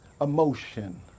emotion